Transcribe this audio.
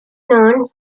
known